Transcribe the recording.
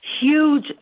Huge